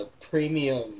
premium